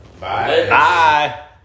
Bye